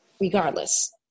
regardless